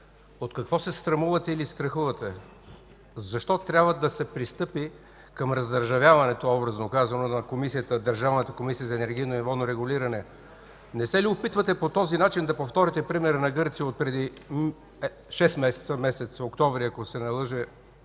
От какво се срамувате или страхувате? Защо трябва да се пристъпи към раздържавяването, образно казано, на Държавната комисия за енергийно и водно регулиране? Не се ли опитвате по този начин да повторите примера на Гърция от преди шест месеца – месец октомври, ако се не лъжа,